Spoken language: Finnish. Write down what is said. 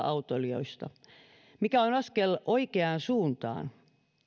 autoilijoista mikä on askel oikeaan suuntaan